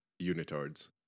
unitards